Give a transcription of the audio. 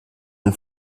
the